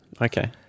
Okay